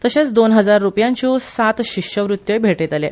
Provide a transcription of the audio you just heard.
तशेंच दोन हजार रुपयांच्यो सात शिश्यवृत्यो भेटयतले